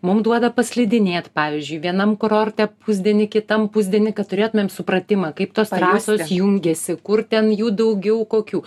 mum duoda paslidinėt pavyzdžiui vienam kurorte pusdienį kitam pusdienį kad turėtumėm supratimą kaip tos trasos jungiasi kur ten jų daugiau kokių